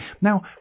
Now